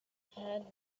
had